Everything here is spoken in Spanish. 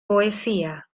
poesía